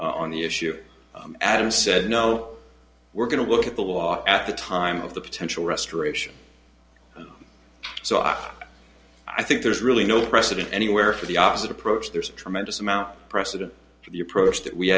on the issue adams said no we're going to look at the law at the time of the potential restoration and so on i think there's really no precedent anywhere for the opposite approach there's a tremendous amount precedent to the approach that we